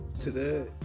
today